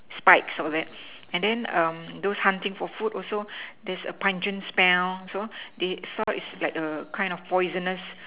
spikes all that and then um those hunting for food also there's a pungent smell so they thought is like a kind of poisonous